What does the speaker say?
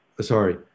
sorry